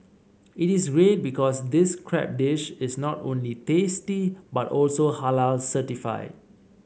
it is read because this crab dish is not only tasty but also Halal certified